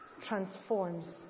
transforms